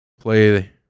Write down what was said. play